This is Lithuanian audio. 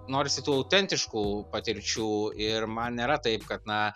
norisi tų autentiškų patirčių ir man nėra taip kad na